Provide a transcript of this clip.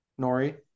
Nori